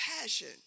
passion